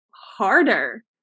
harder